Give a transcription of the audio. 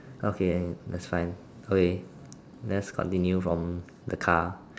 okay that's fine okay let's continue from the car